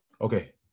Okay